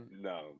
No